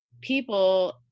people